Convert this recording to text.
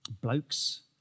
Blokes